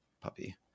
puppy